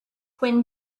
when